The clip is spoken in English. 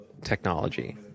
technology